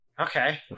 Okay